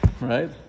right